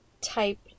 type